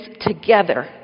together